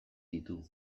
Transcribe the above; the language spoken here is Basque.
ditu